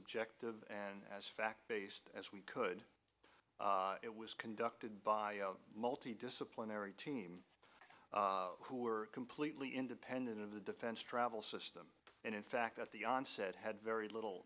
objective and as fact based as we could it was conducted by multi disciplinary team who were completely independent of the defense travel system and in fact at the onset had very little